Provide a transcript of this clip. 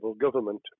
government